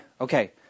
Okay